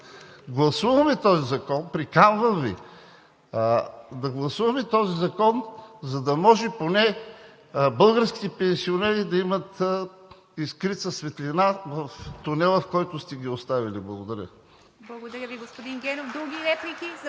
гласуваме този закон – приканвам Ви, да гласуваме този закон, за да може поне българските пенсионери да имат искрица светлина в тунела, в който сте ги оставили. Благодаря.